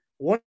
One